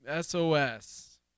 SOS